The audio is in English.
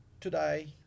today